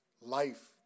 life